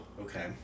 Okay